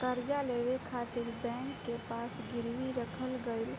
कर्जा लेवे खातिर बैंक के पास गिरवी रखल गईल